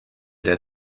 der